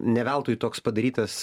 neveltui toks padarytas